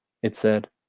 it said,